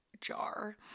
jar